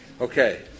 Okay